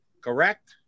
Correct